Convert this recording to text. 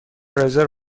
رزرو